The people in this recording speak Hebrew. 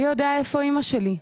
מי יודע איפה אימא שלי?